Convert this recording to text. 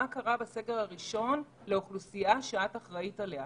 קרה בסגר הראשון לאוכלוסייה שהיא אחראית עליה.